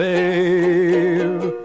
Babe